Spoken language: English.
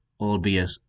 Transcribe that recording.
albeit